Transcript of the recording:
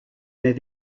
mets